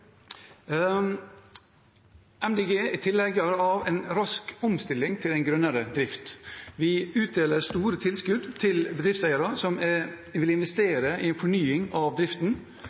er tilhenger av en rask omstilling til en grønnere drift. Vi utdeler store tilskudd til bedriftseiere som vil investere i en fornying av driften,